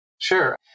Sure